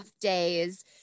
days